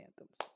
anthems